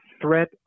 threat